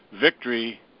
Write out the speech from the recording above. Victory